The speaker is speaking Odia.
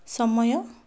ସମୟ